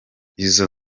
izo